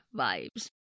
vibes